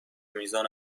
میزان